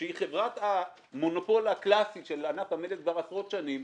שהיא חברת המונופול הקלאסית של ענף המלט כבר עשרות שנים,